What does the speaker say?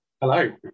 Hello